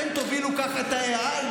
אתם תובילו ככה את ה-AI?